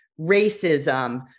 racism